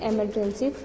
Emergency